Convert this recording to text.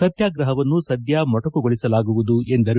ಸತ್ಕಾಗ್ರಹವನ್ನು ಸದ್ಯ ಮೊಟಕುಗೊಳಿಸಲಾಗುವುದು ಎಂದರು